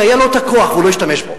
שהיה לו הכוח והוא לא השתמש בו.